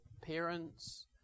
parents